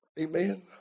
Amen